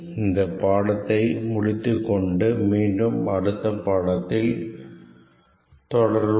இந்த பாடத்தை முடித்து கொண்டு மீண்டும் அடுத்த பாடத்தில் தொடர்வோம்